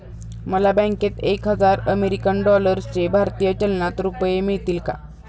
मला बँकेत एक हजार अमेरीकन डॉलर्सचे भारतीय चलनात रुपये मिळतील का?